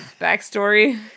backstory